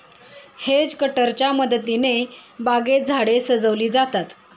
hedge कटरच्या मदतीने बागेत झाडे सजविली जातात